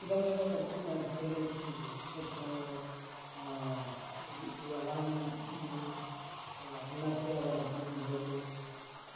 इदमेव कर्तुम् आधिक्येन इच्छन्ति तत्र यवानां नाम अन्नस्य वर्धनं भवतु